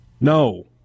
No